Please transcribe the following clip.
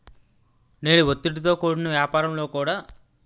నేడు ఒత్తిడితో కూడిన యాపారంలో కూడా స్త్రీ సత్తా సాటుతుంది